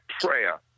prayer